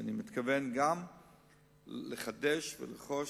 ואני מתכוון גם לחדש ולרכוש.